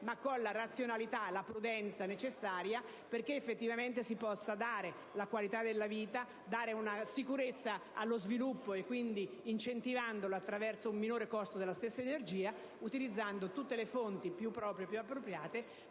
ma con la razionalità e la prudenza necessarie perché effettivamente si possa migliorare la qualità della vita, dare una sicurezza allo sviluppo incentivandolo attraverso un minore costo della stessa energia ed utilizzando tutte le fonti più appropriate